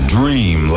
dream